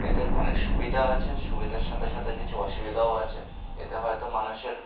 এতে অনেক সুবিধা আছে সুবিধার সাথে সাথে কিছু অসুবিধাও আছে এতে হয়তো মানুষের